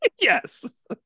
Yes